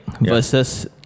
versus